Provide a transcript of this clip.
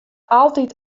altyd